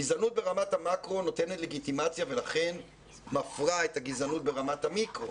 גזענות ברמת המקרו נותנת לגיטימציה ולכן מפרה את הגזענות ברמת המיקרו.